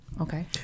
okay